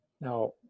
Now